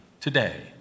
today